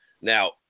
Now